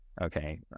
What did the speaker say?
okay